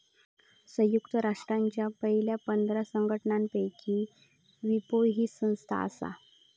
संयुक्त राष्ट्रांच्या पयल्या पंधरा संघटनांपैकी विपो ही संस्था आसा